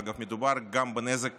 אגב, מדובר גם בנזק